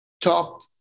top